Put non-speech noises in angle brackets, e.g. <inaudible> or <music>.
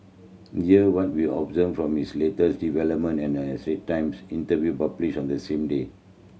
here what we observed from this latest development and a <unintelligible> Times interview published on the same day